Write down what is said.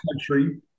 country